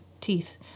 teeth